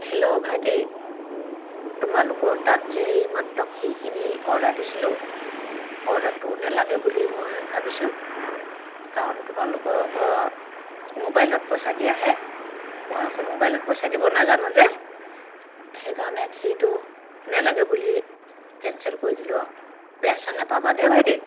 hello ভাইটি তোমালোকৰ তাত যে এই মাত্ৰ ক্ষীৰখিনি অৰ্ডাৰ দিছিলোঁ অৰ্ডাৰটো নালাগে বুলি মই ভাবিছোঁ কাৰণ তোমালোকক আকৌ ম'বাইলত পইচা দিয়াহে মই আকৌ ম'বাইলত পইচা দিব নাজানো যে সেই কাৰণে ক্ষীৰটো নালাগে বুলি কেঞ্চেল কৰি দিলোঁ আৰু বেয়া চেয়া নাপাবা দেই ভাইটি